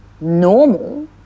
normal